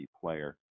player